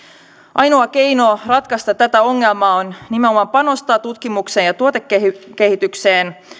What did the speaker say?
ainoa keino ratkaista tämä ongelma on panostaa nimenomaan tutkimukseen ja tuotekehitykseen